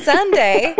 Sunday